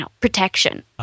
protection